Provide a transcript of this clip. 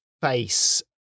face